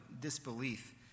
disbelief